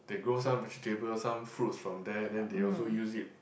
they grow some vegetable some fruits from there then they also use it